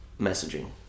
messaging